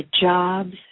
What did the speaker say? jobs